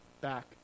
back